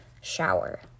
Shower